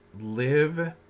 live